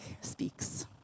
speaks